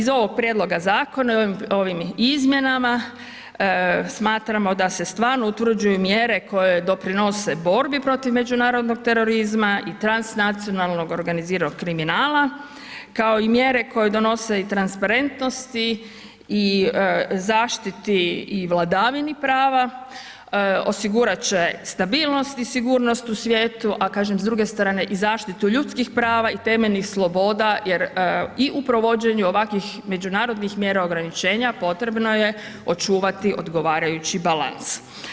Iz ovog prijedloga zakona i ovim izmjenama smatramo da se stvarno utvrđuju mjere koje doprinose borbi protiv međunarodnog terorizma i transnacionalnog organiziranog kriminala kao i mjere koje donose i transparentnosti i zaštiti i vladavini prava, osigurat će stabilnost i sigurnost u svijetu, a kažem s druge strane i zaštitu ljudskih prava i temeljnih sloboda jer i u provođenju ovakvih međunarodnih mjera ograničenja potrebno je očuvati odgovarajući balans.